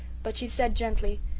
but she said gently,